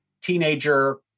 teenager